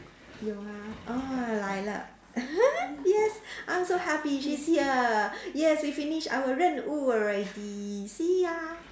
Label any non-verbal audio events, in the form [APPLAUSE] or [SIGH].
有 oh 来了 [LAUGHS] yes I'm so happy she's here yes we finish our 任务 already see you